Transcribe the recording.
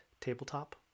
tabletop